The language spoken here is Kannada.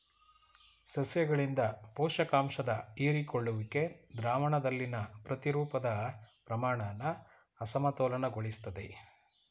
ಸಸ್ಯಗಳಿಂದ ಪೋಷಕಾಂಶದ ಹೀರಿಕೊಳ್ಳುವಿಕೆ ದ್ರಾವಣದಲ್ಲಿನ ಪ್ರತಿರೂಪದ ಪ್ರಮಾಣನ ಅಸಮತೋಲನಗೊಳಿಸ್ತದೆ